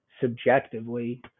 subjectively